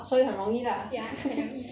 所以很容易 lah